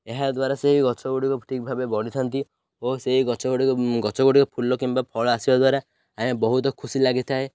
ଏହାଦ୍ୱାରା ସେଇ ଗଛ ଗୁଡ଼ିକ ଠିକ୍ ଭବେ ବଢ଼ିଥାନ୍ତି ଓ ସେଇ ଗଛ ଗୁଡ଼ିକ ଗଛ ଗୁଡ଼ିକ ଫୁଲ କିମ୍ବା ଫଳ ଆସିବା ଦ୍ୱାରା ଆମେ ବହୁତ ଖୁସି ଲାଗିଥାଏ